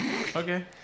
Okay